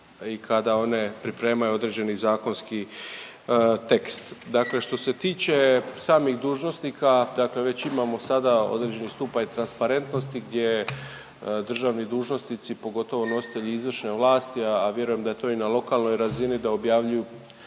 i kada one pripremaju određeni zakonski tekst. Dakle što se tiče samih dužnosnika, dakle već imamo sada određeni stupanj transparentnosti gdje državni dužnosnici pogotovo nositelji izvršne vlasti, a vjerujem da je to i na lokalnoj razini da objavljuju